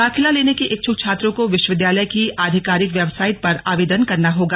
दाखिला लेने के इच्छुक छात्रों को विश्व विद्यालय की आधिकारिक वेबसाइट पर आवेदन करना होगा